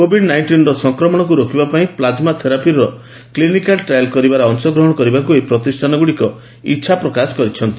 Covid nineteen ସଂକ୍ରମଣକୁ ରୋକିବା ପାଇଁ ପ୍ଲାଜମା ଥେରାପିର କ୍ଲିନିକାଲ୍ ଟ୍ରାଏଲ୍ କରିବାରେ ଅଂଶଗ୍ରହଣ କରିବାକୁ ଏହି ପ୍ରତିଷ୍ଠାନଗୁଡ଼ିକ ଇଚ୍ଛା ପ୍ରକାଶ କରିଛନ୍ତି